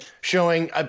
showing